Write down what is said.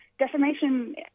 Defamation